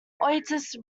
otis